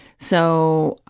so,